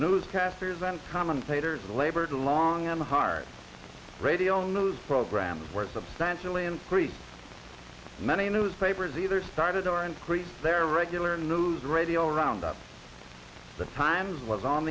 newscasters and commentators labored long in the hearts of radio news programs were substantially increased its many newspapers either started or increased their regular news radio roundups the times was on